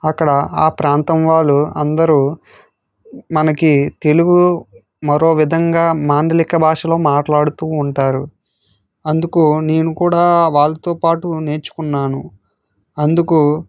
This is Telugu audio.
అక్కడ ఆ ప్రాంతం వాళ్ళు అందరూ మనకి తెలుగు మరో విధంగా మాండలిక భాషలో మాట్లాడుతూ ఉంటారు అందుకు నేను కూడా వాళ్లతో పాటు నేర్చుకున్నాను అందుకు